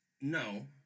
No